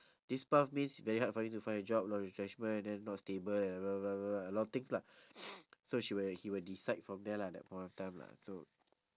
this path means very hard for you to find a job a lot retrenchment then not stable a lot of things lah so she will he will decide from there lah that point of time lah so